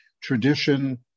tradition